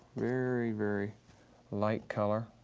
very, very light color.